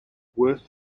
worth